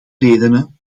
redenen